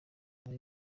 muri